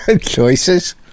Choices